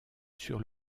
sur